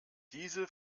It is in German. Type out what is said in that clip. diese